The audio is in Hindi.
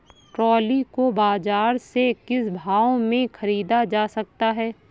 ट्रॉली को बाजार से किस भाव में ख़रीदा जा सकता है?